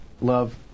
love